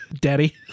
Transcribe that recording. Daddy